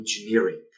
engineering